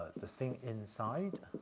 the thing inside,